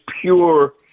pure